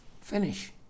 Finish